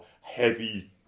heavy